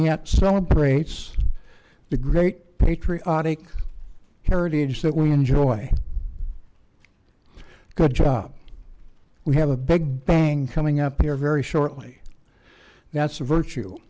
yet celebrates the great patriotic heritage that we enjoy a good job we have a big bang coming up here very shortly that's a virtue